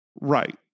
right